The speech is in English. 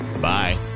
bye